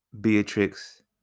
Beatrix